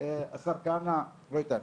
השר כהנא יתן